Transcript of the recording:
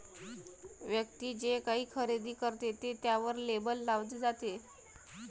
व्यक्ती जे काही खरेदी करते ते त्यावर लेबल लावले जाते